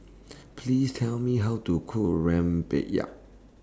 Please Tell Me How to Cook Rempeyek